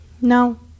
No